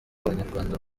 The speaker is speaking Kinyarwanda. abanyarwanda